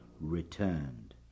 returned